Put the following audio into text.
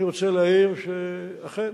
אני רוצה להעיר שאכן